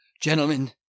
gentlemen